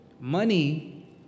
Money